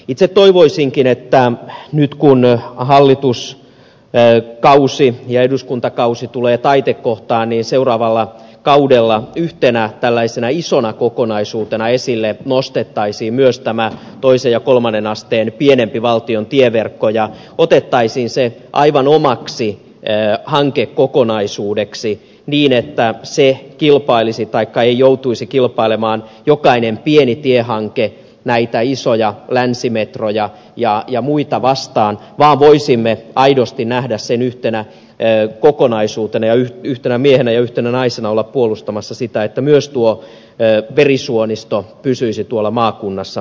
itse toivoisinkin että nyt kun hallituskausi ja eduskuntakausi tulee taitekohtaan seuraavalla kaudella yhtenä tällaisena isona kokonaisuutena esille nostettaisiin myös toisen ja kolmannen asteen pienempi valtion tieverkko ja otettaisiin se aivan omaksi hankekokonaisuudeksi niin että se ei joutuisi kilpailemaan jokainen pieni tiehanke näitä isoja länsimetroja ja muita vastaan vaan voisimme aidosti nähdä sen yhtenä kokonaisuutena ja yhtenä miehenä ja yhtenä naisena olla puolustamassa sitä että myös tuo verisuonisto pysyisi tuolla maakunnassa kunnossa